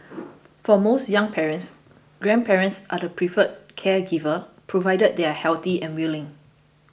for most young parents grandparents are the preferred caregivers provided they are healthy and willing